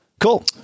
Cool